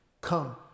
Come